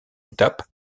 étapes